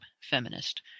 feminist